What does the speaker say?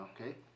Okay